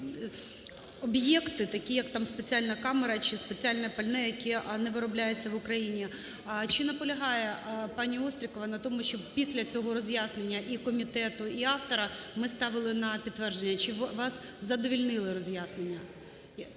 Чи наполягає пані Острікова на тому, щоб після цього роз'яснення і комітету, і автора ми ставили на підтвердження? Чи вас задовольнили роз'яснення?